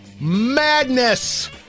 Madness